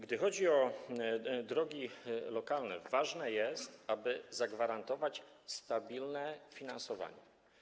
Gdy chodzi o drogi lokalne, ważne jest, aby zagwarantować stabilne finansowanie.